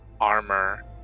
armor